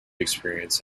experience